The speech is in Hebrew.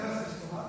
נתקבל.